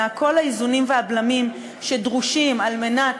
כל האיזונים והבלמים שדרושים על מנת